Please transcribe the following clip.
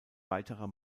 weiterer